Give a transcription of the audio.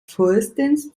frühestens